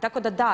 Tako da da.